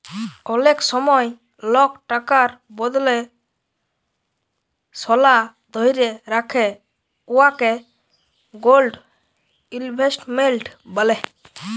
অলেক সময় লক টাকার বদলে সলা ধ্যইরে রাখে উয়াকে গোল্ড ইলভেস্টমেল্ট ব্যলে